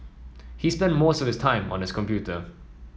he spent most of his time on his computer